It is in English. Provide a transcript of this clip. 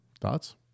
Thoughts